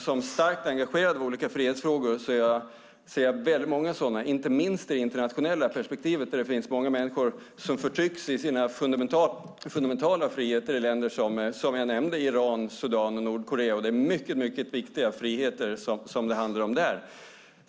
Som starkt engagerad i olika frihetsfrågor ser jag väldigt många sådana, inte minst i det internationella perspektivet där det finns många människor som förtrycks i sina fundamentala friheter i länder som Iran, Sudan och Nordkorea. Det är mycket viktiga friheter det handlar om där.